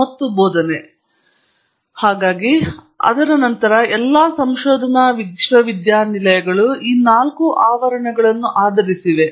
ಮತ್ತು ಅಲ್ಲಿಂದೀಚೆಗೆ ಎಲ್ಲಾ ಸಂಶೋಧನಾ ವಿಶ್ವವಿದ್ಯಾನಿಲಯಗಳು ಈ ನಾಲ್ಕು ಆವರಣಗಳನ್ನು ಆಧರಿಸಿವೆ